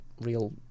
real